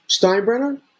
Steinbrenner